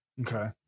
okay